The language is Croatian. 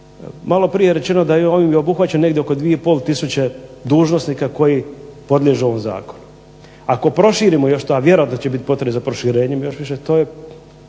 Maloprije je rečeno da je ovim obuhvaćen negdje oko 2 i pol tisuće dužnosnika koji podliježu ovom zakonu. Ako proširimo još ta, vjerojatno će biti potrebe za proširenjem još